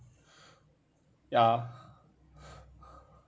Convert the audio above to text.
ya